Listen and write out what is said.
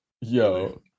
yo